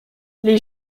les